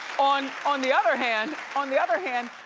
on on the other hand, on the other hand,